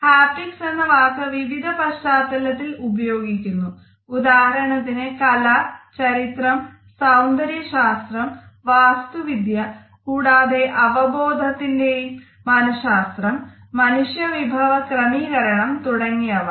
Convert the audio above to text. haptics എന്ന വാക്ക് വിവിധ പശ്ചാത്തലത്തിൽ ഉപയോഗിക്കുന്നു ഉദാഹരണത്തിന് കല ചരിത്രം സൌന്ദര്യ ശാസ്ത്രം വാസ്തു വിദ്യ കൂടാതെ അവബോധത്തിന്റെ മനശ്ശാസ്ത്രം മനുഷ്യ വിഭവ ക്രമീകരണം തുടങ്ങിയവ